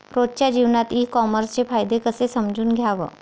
रोजच्या जीवनात ई कामर्सचे फायदे कसे समजून घ्याव?